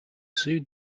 sued